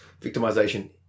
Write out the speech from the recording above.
victimization